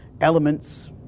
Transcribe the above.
elements